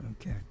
okay